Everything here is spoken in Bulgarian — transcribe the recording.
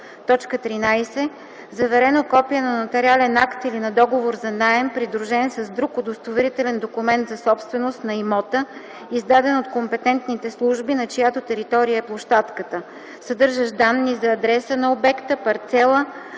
13. заверено копие на нотариален акт или на договор за наем, придружен с друг удостоверителен документ за собственост на имота, издаден от компетентните служби, на чиято територия е площадката, съдържащ данни за адреса на обекта, парцела,